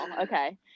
Okay